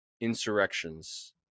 insurrections